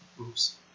Oops